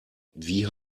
wie